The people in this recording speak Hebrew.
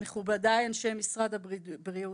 מכובדי אנשי משרד הבריאות,